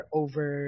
over